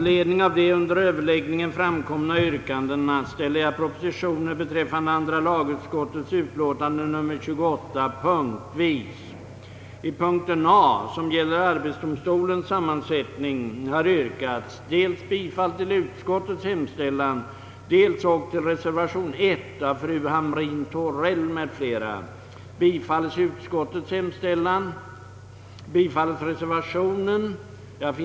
Herr talman! Jag kan förstå att herr Yngve Persson politiskt ser saken på detta sätt. Men vi som betraktar föreningsrätten som en frioch rättighet måste se till att den skall gälla för alla oavsett vad de olika människorna egentligen syftar till.